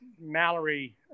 Mallory